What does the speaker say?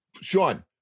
Sean